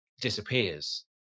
disappears